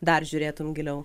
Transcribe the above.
dar žiūrėtum giliau